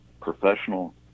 professional-